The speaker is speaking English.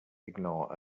ignore